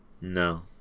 No